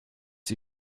die